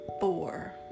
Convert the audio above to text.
four